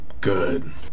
good